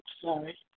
sorry